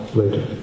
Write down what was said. later